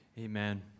Amen